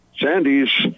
Sandys